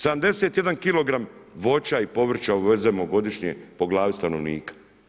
71 kg voća i povrća uvezemo godišnje po glavi stanovnika.